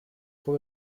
vor